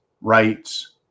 rights